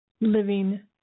Living